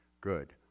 good